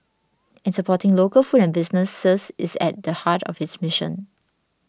and supporting local food and businesses is at the heart of its mission